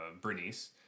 Bernice